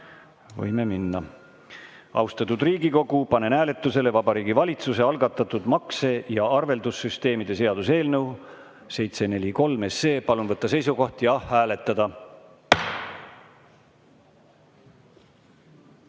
Võime minna. Austatud Riigikogu, panen hääletusele Vabariigi Valitsuse algatatud makse‑ ja arveldussüsteemide seaduse eelnõu 743. Palun võtta seisukoht ja hääletada!